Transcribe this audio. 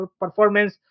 performance